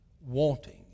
wanting